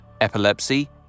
epilepsy